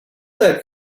that